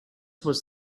was